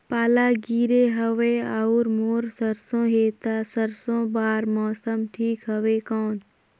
पाला गिरे हवय अउर मोर सरसो हे ता सरसो बार मौसम ठीक हवे कौन?